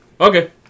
okay